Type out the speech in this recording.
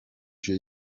się